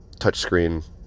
touchscreen